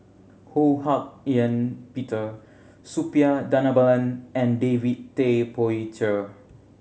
Ho Hak Ean Peter Suppiah Dhanabalan and David Tay Poey Cher